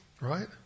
right